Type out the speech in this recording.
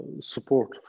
support